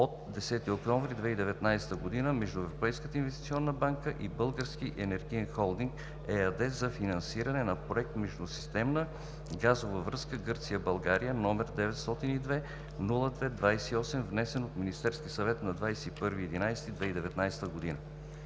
от 10 октомври 2019 г. между Европейската инвестиционна банка и „Български енергиен холдинг“ ЕАД за финансиране на проект „Междусистемна газова връзка Гърция – България“, № 902-02-28, внесен от Министерския съвет нa 21 ноември 2019 г.